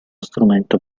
strumento